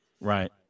right